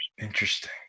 Interesting